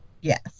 Yes